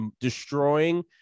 destroying